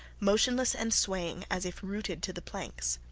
motionless and swaying as if rooted to the planks.